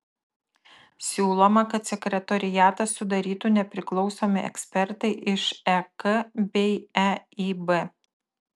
siūloma kad sekretoriatą sudarytų nepriklausomi ekspertai iš ek bei eib